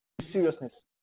Seriousness